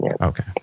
Okay